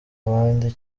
abandi